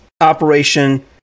Operation